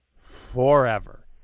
forever